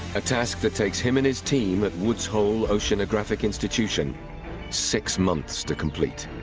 a task that takes him and his team at woods hole oceanographic institution six months to complete.